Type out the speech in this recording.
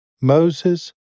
Moses